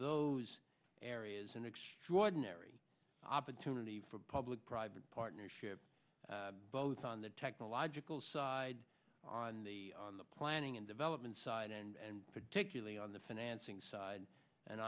those areas an extraordinary opportunity for public private partnership both on the technological side on the on the planning and development side and particularly on the financing side and